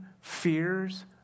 fears